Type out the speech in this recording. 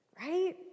right